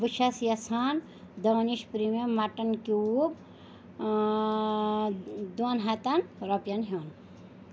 بہٕ چھس یژھان دانِش پریٖمیم مٹن کیوٗب آ دۄن ہتن رۄپٮ۪ن ہٮ۪ون